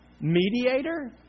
mediator